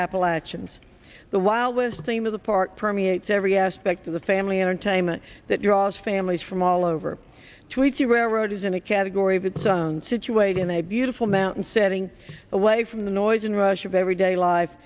appalachians the while was the theme of the park permeates every aspect of the family entertainment that draws families from all over to each eurotas in a category of its own situated in a beautiful mountain setting away from the noise and rush of everyday life